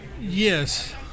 Yes